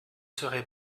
serai